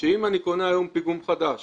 שאני קונה היום פיגום חדש